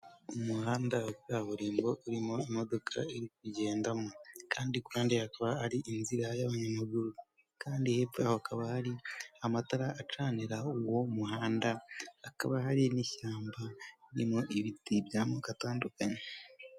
Umuhanda wa kaburimbo urimo imodoka iri kugendamo, kandi ku ruhande hakaba hari inzira y'abanyamaguru, kandi hepfo yaho hakaba hari amatara acanira uwo muhanda, hakaba hari n'ishyamba ririmo ibiti by'amoko atandukanye.